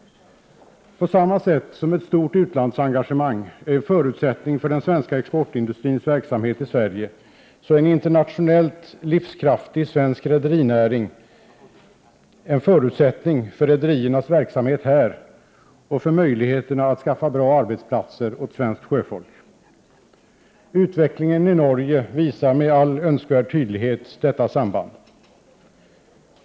På samma sätt som ett stort utlandsengagemang är en förutsättning för den svenska exportindustrins verksamhet i Sverige, är en internationell livskraftig rederinäring en förutsättning för rederiernas verksamhet här och för möjligheterna att skaffa bra arbetsplatser åt svenskt sjöfolk. Utvecklingen i Norge visar med all önskvärd tydlighet detta samband.